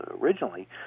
originally